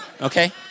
Okay